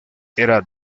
era